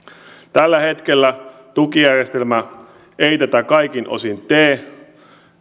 tällä hetkellä tukijärjestelmä ei tätä kaikin osin tee